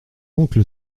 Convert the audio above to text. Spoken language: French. oncle